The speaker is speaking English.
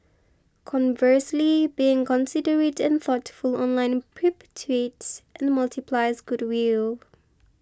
conversely being considerate and thoughtful online perpetuates and multiplies goodwill